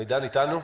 בבקשה.